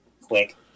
quick